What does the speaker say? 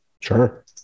Sure